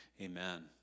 amen